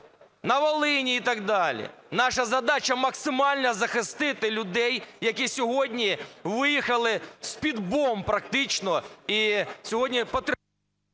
на Волині і так далі. Наша задача – максимально захистити людей, які сьогодні виїхали з-під бомб практично,